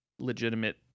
legitimate